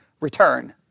return